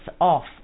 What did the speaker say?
off